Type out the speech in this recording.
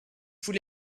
vous